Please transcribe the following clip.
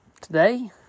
Today